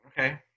Okay